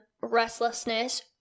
restlessness